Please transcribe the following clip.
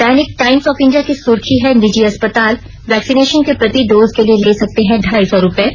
Dainik Times of India की सुर्खी है निजी अस्पताल वैक्सिनेशन के प्रति डोज के लिए ले सकते हैं ढाई सौ रूपये